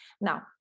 Now